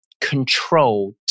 control